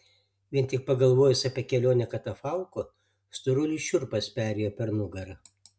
vien tik pagalvojus apie kelionę katafalku storuliui šiurpas perėjo per nugarą